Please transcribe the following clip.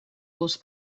los